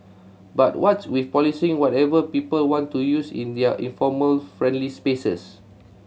but what's with policing whatever people want to use in their informal friendly spaces